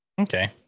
Okay